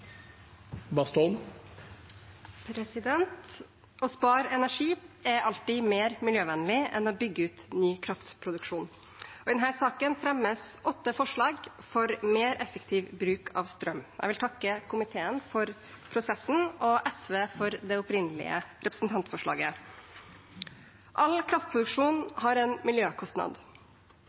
alltid mer miljøvennlig enn å bygge ut ny kraftproduksjon. I denne saken fremmes åtte forslag for mer effektiv bruk av strøm. Jeg vil takke komiteen for prosessen og SV for det opprinnelige representantforslaget. All kraftproduksjon har en miljøkostnad.